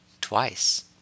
Twice